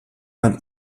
man